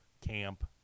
camp